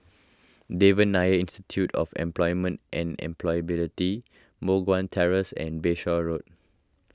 Devan Nair Institute of Employment and Employability Moh Guan Terrace and Bayshore Road